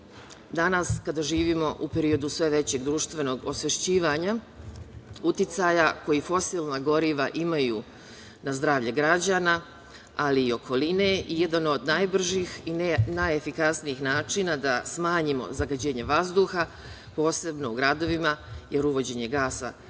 danas kada živimo u periodu sve većeg društvenog osvešćivanja, uticaja koji fosilna goriva imaju na zdravlje građana ali i okoline i jedan od najbržih i najefikasnijih načina da smanjimo zagađenje vazduha posebno u gradovima, jer uvođenje gasa kao